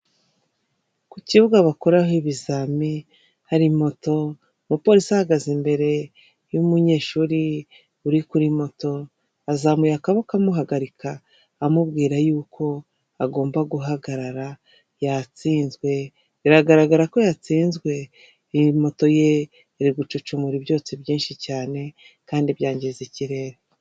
Ku kibuga bakoreraho ibizami hari moto, umupolisi ahagaze imbere y'umunyeshuri uri kuri moto azamuye akaboko amuhagarika amubwira yuko agomba guhagarara, yatsinzwe biragaragara ko yatsinzwe, iyi moto ye iri gucucmurara ibyotsi byinshi cyane kandi byangiza ikirere.